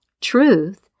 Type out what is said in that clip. Truth